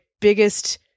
biggest